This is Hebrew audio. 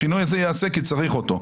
השינוי הזה ייעשה כי צריך אותו.